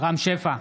רם שפע,